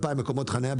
2000 מקומות חניה,